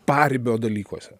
paribio dalykuose